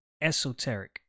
esoteric